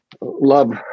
love